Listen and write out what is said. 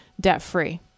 debt-free